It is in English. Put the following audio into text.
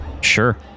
Sure